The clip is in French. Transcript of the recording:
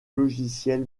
logiciel